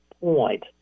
point